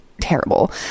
terrible